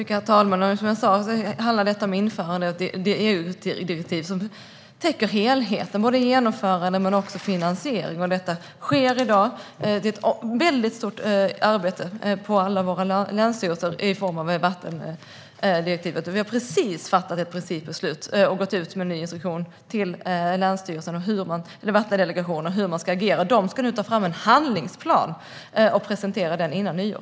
Herr talman! Som jag sa handlar detta om införandet av det EU-direktiv som täcker helheten, både genomförande och finansiering. Detta sker i dag i form av vattendirektivet. Det är ett väldigt stort arbete på alla våra länsstyrelser. Vi har precis fattat ett principbeslut och gått ut med en instruktion till vattendelegationerna om hur de ska agera. De ska nu ta fram en handlingsplan och presentera den före nyår.